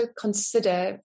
consider